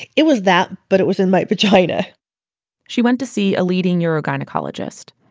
it it was that, but it was in my vagina she went to see a leading uro-gynecologists.